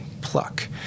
pluck